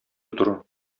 утыру